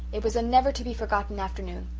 it was a never-to-be-forgotten afternoon.